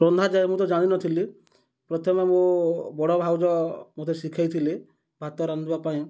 ରନ୍ଧାଯାଏ ମୁଁ ତ ଜାଣିନଥିଲି ପ୍ରଥମେ ମୁଁ ବଡ଼ ଭାଉଜ ମୋତେ ଶିଖାଇଥିଲି ଭାତ ରାନ୍ଧିବା ପାଇଁ